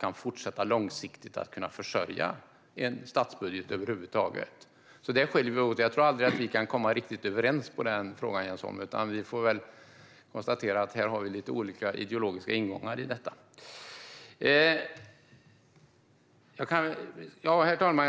kan fortsätta att långsiktigt försörja en statsbudget. Där skiljer vi oss åt. Jag tror att vi aldrig riktigt kan komma överens i den frågan, Jens Holm, utan vi får konstatera att vi har lite olika ideologiska ingångar i detta. Herr talman!